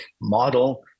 model